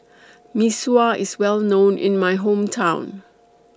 Mee Sua IS Well known in My Hometown